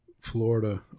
Florida